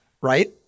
right